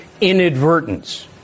inadvertence